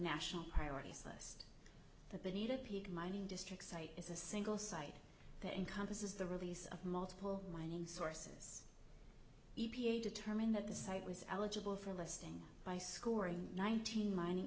national priorities list that they need to pick mining districts site is a single site that encompasses the release of multiple mining sources e p a determined that the site was eligible for listing by scoring nineteen mining